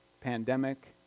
pandemic